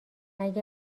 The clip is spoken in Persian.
اگه